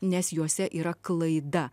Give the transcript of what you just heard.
nes juose yra klaida